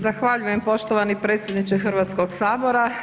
Zahvaljujem poštovani predsjedniče Hrvatskog sabora.